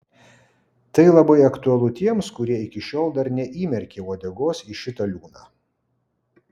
tai labai aktualu tiems kurie iki šiol dar neįmerkė uodegos į šitą liūną